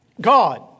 God